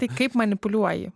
tai kaip manipuliuoji